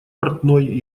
портной